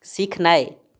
सिखनाइ